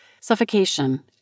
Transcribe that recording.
Suffocation